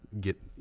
get